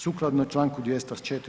Sukladno čl. 204.